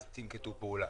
אז תנקטו פעולה?